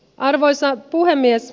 arvoisa puhemies